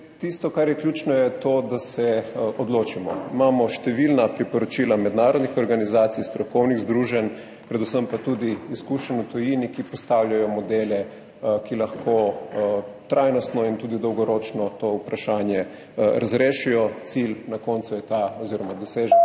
Tisto, kar je ključno, je to, da se odločimo. Imamo številna priporočila mednarodnih organizacij, strokovnih združenj, predvsem pa tudi izkušenj v tujini, ki postavljajo modele, ki lahko trajnostno in tudi dolgoročno to vprašanje razrešijo. Dosežek na koncu je ta, da